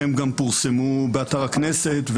הם גם פורסמו באתר הכנסת,